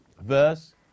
verse